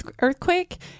earthquake